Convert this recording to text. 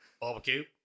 Barbecue